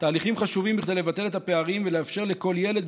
תהליכים חשובים כדי לבטל את הפערים ולאפשר לכל ילד,